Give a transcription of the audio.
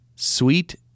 Sweet